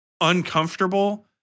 uncomfortable